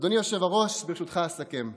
אדוני היושב-ראש, ברשותך אסכם.